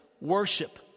worship